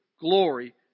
glory